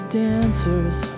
dancers